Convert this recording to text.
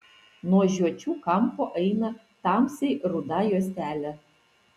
nuo žiočių kampo eina tamsiai ruda juostelė